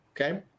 okay